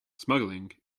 smuggling